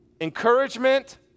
encouragement